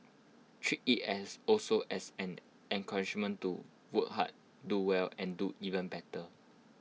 treat IT as also as an encouragement to work hard do well and do even better